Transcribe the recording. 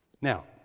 Now